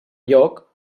lloc